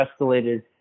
escalated